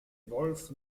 wolff